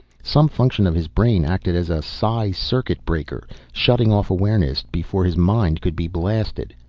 some function of his brain acted as a psi-circuit breaker, shutting off awareness before his mind could be blasted.